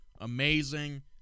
amazing